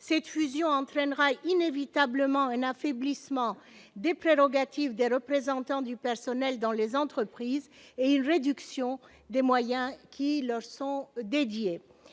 cette fusion entraînera inévitablement un affaiblissement des prérogatives des représentants du personnel dans les entreprises et une réduction des moyens qui leur sont dédiés.